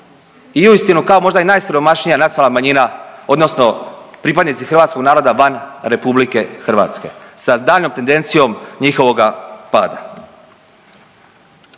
i uistinu kao možda i najsiromašnija nacionalna manjina odnosno pripadnici hrvatskog naroda van RH sa daljnjom tendencijom njihovoga pada.